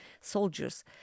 soldiers